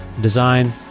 design